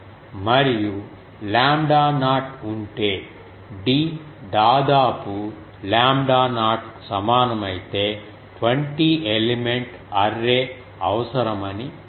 మరియు lambda naught ఉంటే d దాదాపు లాంబ్డా నాట్ కు సమానమైతే 20 ఎలిమెంట్ అర్రే అవసరమని మీరు చెప్పగలరు